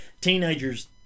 teenager's